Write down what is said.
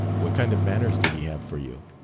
what kind of manners did he have for you?